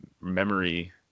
memory